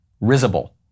risible